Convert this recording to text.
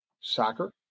Soccer